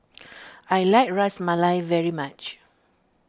I like Ras Malai very much